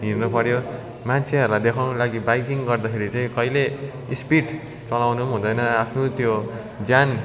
हिँड्नु पऱ्यो मान्छेहरूलाई देखाउनुको लागि बाइकिङ गर्दाखेरि चाहिँ कहिलेले स्पिड चलाउनु हुँदैन आफ्नो त्यो ज्यान